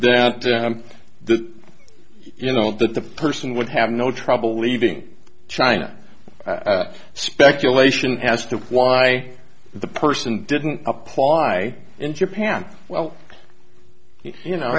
that the you know the person would have no trouble leaving china speculation as to why the person didn't apply in japan well you know